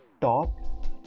top